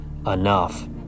Enough